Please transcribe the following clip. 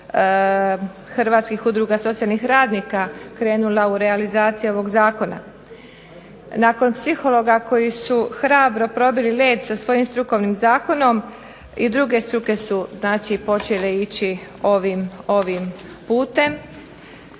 hrvatskih udruga socijalnih radnika krenula u realizaciju ovog zakona. Nakon psihologa koji su hrabro probili led sa svojim strukovnim zakonom i druge struke su znači počele ići ovim putem,